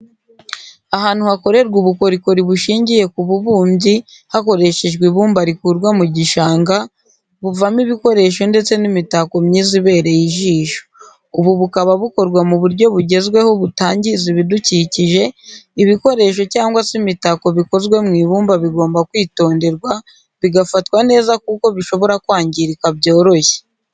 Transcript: Ahantu hakorerwa ubukorikori bushingiye ku bubumbyi, hakoreshejwe ibumba rikurwa mu gishang, buvamo ibikoresho ndetse n'imitako myiza ibereye ijisho. Ubu bukaba bukorwa mu buryo bugezweho butangiza ibidukikije, ibikoresho cyangwa se imitako bikozwe mu ibumba bigomba kwitonderwa bigafatwa neza kuko bishobora kwangirika byoroshye.